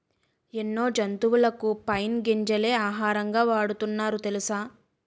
ఎన్నో జంతువులకు పైన్ గింజలే ఆహారంగా వాడుతున్నారు తెలుసా?